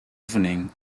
evening